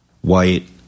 white